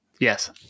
Yes